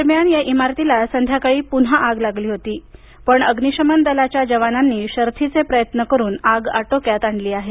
दरम्यान या इमारतीला संध्याकाळी पुन्हा आग लागली होती पण अग्निशमन दलाच्या जवानांनी शर्थीचे प्रयत्न करून आग आटोक्यात आणली आहे